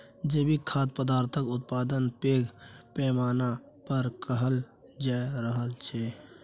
जैविक खाद्य पदार्थक उत्पादन पैघ पैमाना पर कएल जा रहल छै